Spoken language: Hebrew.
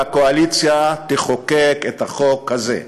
והקואליציה תחוקק את החוק הזה.